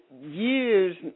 years